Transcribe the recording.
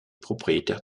propriétaire